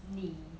你